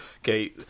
okay